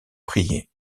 prier